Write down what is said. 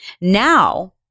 Now